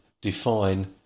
define